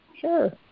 Sure